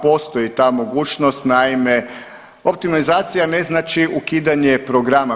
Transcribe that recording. Postoji ta mogućnost, naime optimizacija ne znači ukidanje programa.